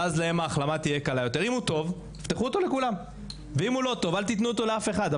כאשר רק בית חולים אחד או שניים מאפשרים את ההליך,